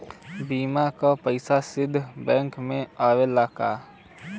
बीमा क पैसा सीधे बैंक में आवेला का?